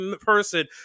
person